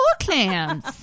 clams